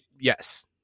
Yes